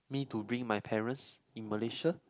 me to bring my parents in Malaysia